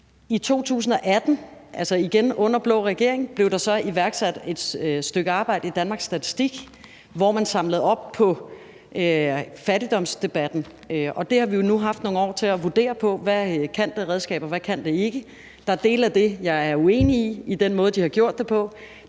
I 2018, altså igen under en blå regering, blev der så iværksat et stykke arbejde i Danmarks Statistik, hvor man samlede op på fattigdomsdebatten. Og nu har vi jo haft nogle år til at vurdere: Hvad kan det redskab, og hvad kan det ikke? Der er dele af den måde, de har gjort det på,